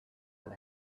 and